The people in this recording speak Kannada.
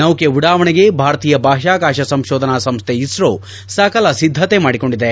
ನೌಕೆ ಉಡಾವಣೆಗೆ ಭಾರತೀಯ ಬಾಹ್ಯಾಕಾಶ ಸಂಶೋಧನಾ ಸಂಸ್ಕೆ ಇಸ್ತೋ ಸಕಲ ಸಿದ್ಧತೆ ಮಾಡಿಕೊಂಡಿದೆ